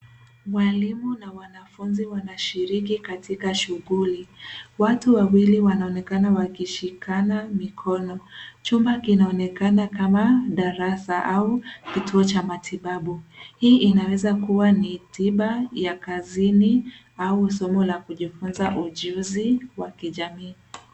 Walimu na wanafunzi wanashiriki katika shughuli. Watu wawili wanaonekana wakishikana mikono. Chumba kinaonekana kama darasa au, kituo cha matibabu. Hii inaweza kuwa ni tiba ya kazini, au somo la kujifunza ujuzi wa kijamii.